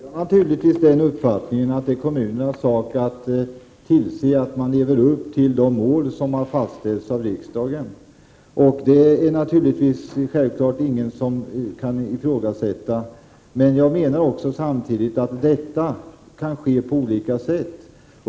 Herr talman! Jag delar naturligtvis uppfattningen att det är kommunernas sak att tillse att de lever upp till de mål som har fastställts av riksdagen. Det är det självfallet ingen som kan ifrågasätta. Men jag menar samtidigt att verksamheten kan utföras på olika sätt.